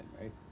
right